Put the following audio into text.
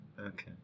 okay